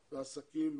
בעסקים,